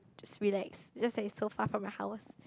just relax just that it's so far from your house